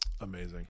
Amazing